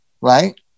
Right